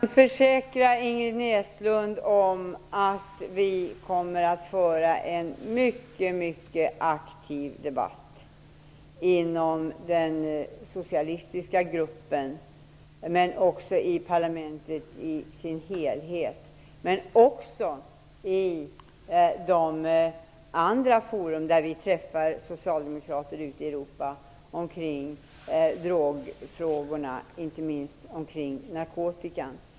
Fru talman! Jag kan försäkra Ingrid Näslund att vi kommer att föra en mycket aktiv debatt inom den socialistiska gruppen, både i parlamentet i dess helhet och i de andra fora där vi träffar socialdemokrater ute i Europa och diskuterar drogfrågorna, inte minst narkotikan.